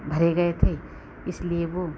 भरे गए थे इसलिए वह